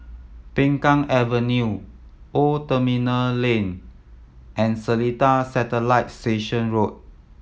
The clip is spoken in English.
Peng Kang Avenue Old Terminal Lane and Seletar Satellite Station Road